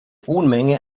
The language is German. unmenge